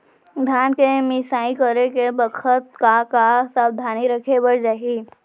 धान के मिसाई करे के बखत का का सावधानी रखें बर चाही?